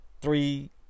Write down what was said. three